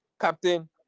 Captain